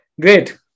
Great